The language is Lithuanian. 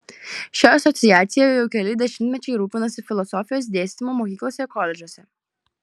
ši asociacija jau keli dešimtmečiai rūpinasi filosofijos dėstymu mokyklose koledžuose